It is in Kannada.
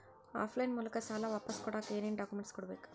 ಆಫ್ ಲೈನ್ ಮೂಲಕ ಸಾಲ ವಾಪಸ್ ಕೊಡಕ್ ಏನು ಡಾಕ್ಯೂಮೆಂಟ್ಸ್ ಕೊಡಬೇಕು?